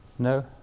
No